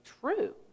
true